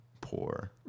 poor